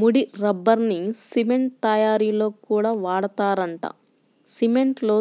ముడి రబ్బర్ని సిమెంట్ తయ్యారీలో కూడా వాడతారంట, సిమెంట్లో